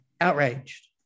outraged